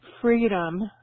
freedom